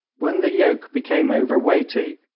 when the yoke became over-weighty,